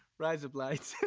rise up lights.